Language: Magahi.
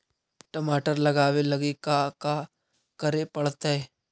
टमाटर लगावे लगी का का करये पड़तै?